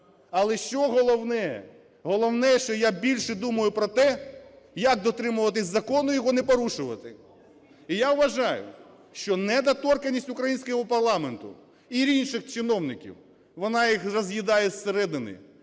Але, що головне? Головне, що я більше думаю про те, як дотримуватись закону, його не порушувати. І я вважаю, що недоторканність українського парламенту і інших чиновників, вона їх роз'їдає з середини,